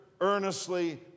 earnestly